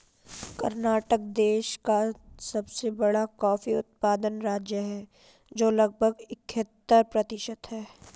कर्नाटक देश का सबसे बड़ा कॉफी उत्पादन राज्य है, जो लगभग इकहत्तर प्रतिशत है